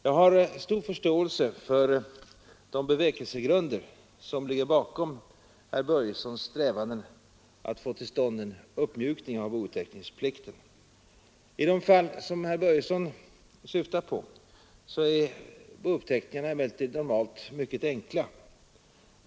Jag har stor förståelse för de bevekelsegrunder som ligger bakom herr Börjessons strävanden att få till stånd en uppmjukning av bouppteckningsplikten. I de fall herr Börjesson syftar på är bouppteckningarna emellertid normalt mycket enkla.